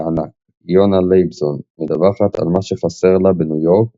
בענק" יונה לייבזון מדווחת על מה שחסר לה בניו יורק,